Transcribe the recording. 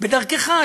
בדרכך,